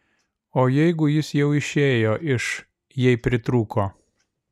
o jeigu jis jau išėjo iš jei pritrūko